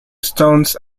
stones